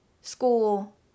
school